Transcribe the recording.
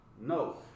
no